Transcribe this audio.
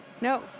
No